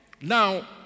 Now